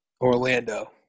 Orlando